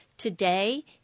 Today